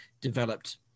developed